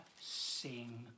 sing